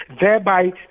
thereby